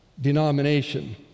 denomination